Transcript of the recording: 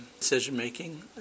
decision-making